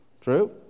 True